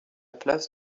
place